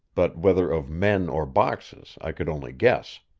but whether of men or boxes i could only guess.